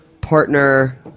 partner